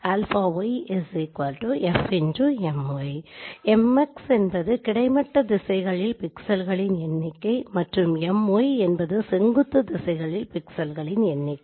mxஎன்பது கிடைமட்ட திசையில் பிக்சல்கலின் எண்ணிக்கை மற்றும் my என்பது செங்குத்து திசையில் பிக்சல்கலின் எண்ணிக்கை